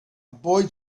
boy